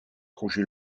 roger